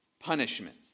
punishment